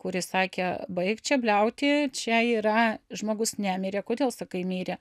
kuri sakė baik čia bliauti čia yra žmogus nemirė kodėl sakai mirė